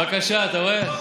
בבקשה, אתה רואה?